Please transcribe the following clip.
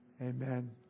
Amen